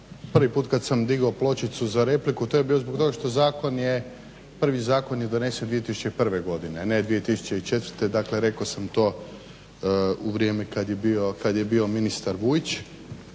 Prvi put kad sam digao pločicu za repliku to je bilo zbog toga što prvi zakon je donesen 2001. godine, a ne 2004. Dakle, rekao sam to u vrijeme kad je bio ministar Vujić